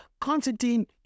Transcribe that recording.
Constantine